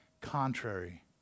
contrary